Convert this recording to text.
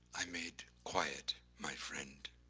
i made quiet my friend.